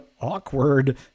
awkward